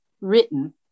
written